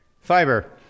Fiber